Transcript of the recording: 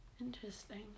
Interesting